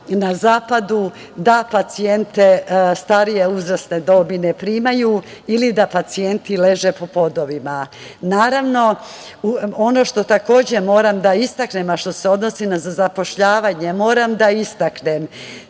na zapadu da pacijente starije uzrasne dobi ne primaju ili da pacijenti leže po podovima. Ono što takođe moram da istaknem a što se odnosi na zapošljavanje, nikada pre